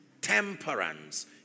temperance